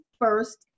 first